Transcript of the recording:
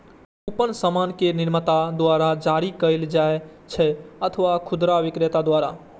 coupon सामान के निर्माता द्वारा जारी कैल जाइ छै अथवा खुदरा बिक्रेता द्वारा